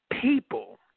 people